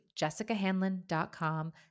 jessicahanlon.com